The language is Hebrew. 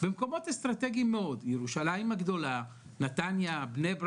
ושל אזרחי מדינת ישראל,